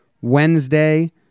Wednesday